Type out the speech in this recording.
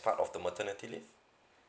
as part of the maternity leave